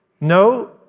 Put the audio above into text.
No